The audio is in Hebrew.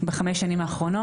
בחמש השנים האחרונות.